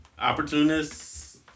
opportunists